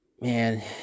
man